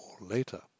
later